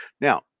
now